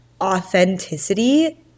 authenticity